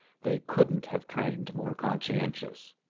they couldn't have trained more conscientious.